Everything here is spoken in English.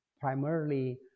primarily